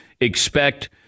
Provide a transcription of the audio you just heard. expect